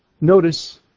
notice